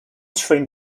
train